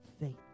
faith